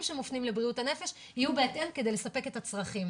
שמופנים לבריאות הנפש יהיו בהתאם כדי לספק את הצרכים.